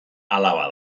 alaba